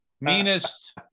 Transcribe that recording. meanest